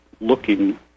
looking